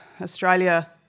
Australia